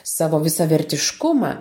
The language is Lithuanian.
savo visavertiškumą